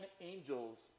angels